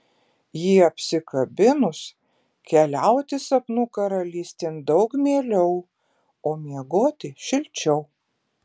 jį apsikabinus keliauti sapnų karalystėn daug mieliau o miegoti šilčiau